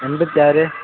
எண்பத்தி ஆறு